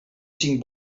cinc